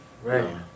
Right